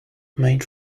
made